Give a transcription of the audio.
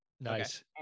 Nice